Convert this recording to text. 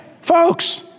folks